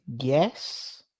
yes